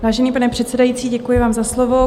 Vážený pane předsedající, děkuji vám za slovo.